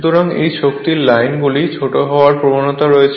সুতরাং এই শক্তির লাইন গুলির ছোট হওয়ার প্রবণতা রয়েছে